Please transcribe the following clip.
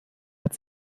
hat